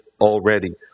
already